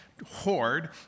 Hoard